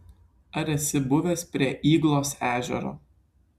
ar esi buvęs prie yglos ežero